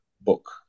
book